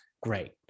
great